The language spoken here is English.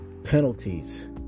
Penalties